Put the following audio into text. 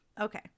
Okay